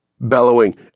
Bellowing